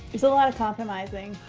there's a lot of compromising.